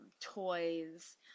toys